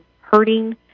hurting